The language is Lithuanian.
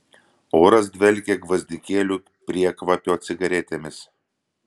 oras dvelkė gvazdikėlių priekvapio cigaretėmis